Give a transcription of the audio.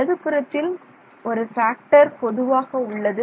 வலது புறத்தில் ஒரு ஃபேக்டர் பொதுவாக உள்ளது